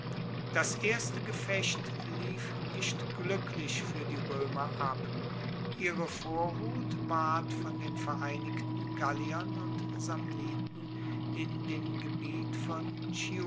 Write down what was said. das erste gefecht lief nicht gluecklich fuer die roemer ab ihre vorhut ward von den vereinigten galliern und samniten in dem gebiet von